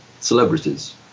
celebrities